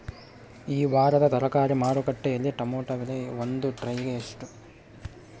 ಈ ವಾರದ ತರಕಾರಿ ಮಾರುಕಟ್ಟೆಯಲ್ಲಿ ಟೊಮೆಟೊ ಬೆಲೆ ಒಂದು ಟ್ರೈ ಗೆ ಎಷ್ಟು?